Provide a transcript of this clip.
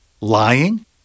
Lying